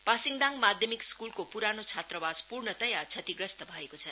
पासिङदाङ माध्यमिक स्कूलको पुरानो छात्रावास पूर्ण तथा क्षतिग्रस्त भएको छ